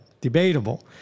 debatable